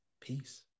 Peace